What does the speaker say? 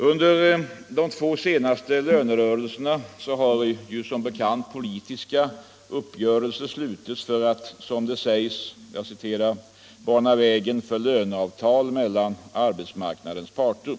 Under de två senaste lönerörelserna har som bekant politiska uppgörelser slutits för att som det sägs ”bana vägen för löneavtal mellan arbetsmarknadens parter”.